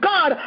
God